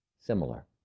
similar